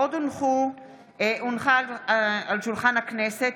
עוד הונחה על שולחן הכנסת,